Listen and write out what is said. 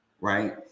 right